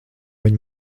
viņa